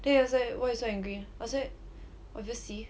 then he was like why you so angry I say obviously